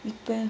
depend